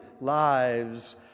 lives